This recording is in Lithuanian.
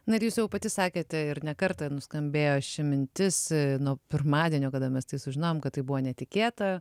na ir jūs jau pati sakėte ir ne kartą nuskambėjo ši mintis nuo pirmadienio kada mes tai sužinojom kad tai buvo netikėta